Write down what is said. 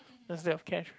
instead of cash